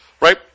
right